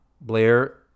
Blair